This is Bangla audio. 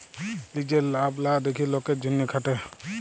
লিজের লাভ লা দ্যাখে লকের জ্যনহে খাটে